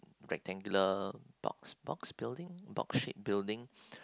rectangular box box building box shaped building